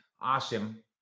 Awesome